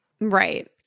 Right